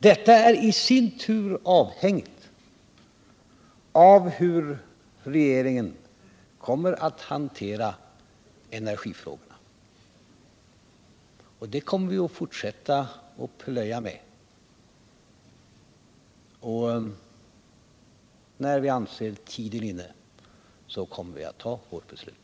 Detta är i sin tur avhängigt av hur regeringen kommer att hantera energifrågorna, och det kommer vi att fortsätta att plöja med. När vi anser tiden inne kommer vi att fatta vårt beslut.